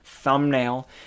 thumbnail